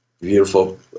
beautiful